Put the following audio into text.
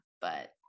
But-